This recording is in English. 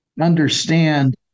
understand